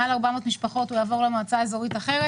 מעל 400 משפחות הוא יעבור למועצה אזורית אחרת.